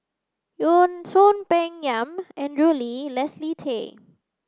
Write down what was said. Soon Peng Yam Andrew Lee Leslie Tay